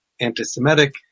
anti-Semitic